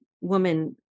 woman